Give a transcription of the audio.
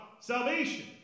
salvation